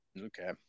Okay